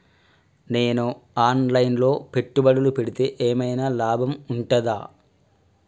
నేను online లో పెట్టుబడులు పెడితే ఏమైనా లాభం ఉంటదా?